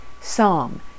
Psalm